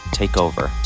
takeover